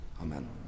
amen